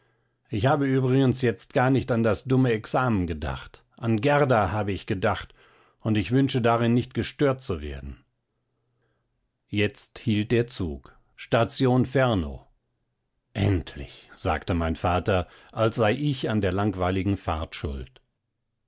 ich habe übrigens jetzt gar nicht an das dumme examen gedacht an gerda habe ich gedacht und ich wünsche darin nicht gestört zu werden jetzt hielt der zug station fernow endlich sagte mein vater als sei ich an der langweiligen fahrt schuld